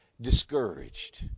discouraged